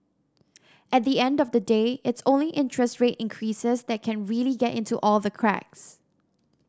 at the end of the day it's only interest rate increases that can really get into all the cracks